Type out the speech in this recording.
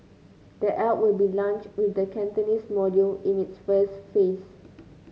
the app will be launched with the Cantonese module in its first phase